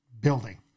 building